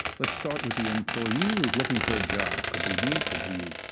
let's start with the employee who's looking for a job. could be me. could be you.